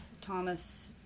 thomas